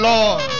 Lord